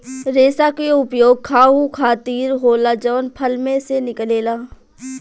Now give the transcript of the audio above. रेसा के उपयोग खाहू खातीर होला जवन फल में से निकलेला